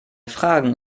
fragen